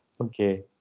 okay